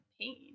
pain